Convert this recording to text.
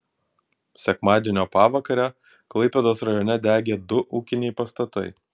sekmadienio pavakarę klaipėdos rajone degė du ūkiniai pastatai